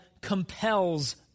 compels